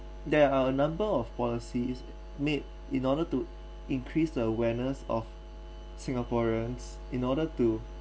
there are a number of policies made in order to increase the awareness of singaporeans in order to